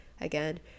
again